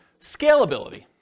Scalability